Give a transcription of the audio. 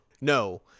No